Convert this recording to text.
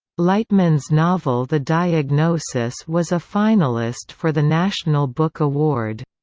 lightman's novel the diagnosis was a finalist for the national book award.